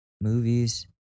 movies